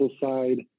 side